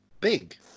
Big